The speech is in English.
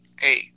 Hey